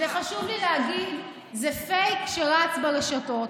חשוב לי להגיד, זה פייק שרץ ברשתות.